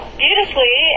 beautifully